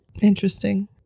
Interesting